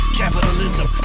capitalism